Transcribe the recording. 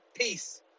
peace